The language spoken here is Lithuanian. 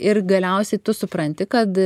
ir galiausiai tu supranti kad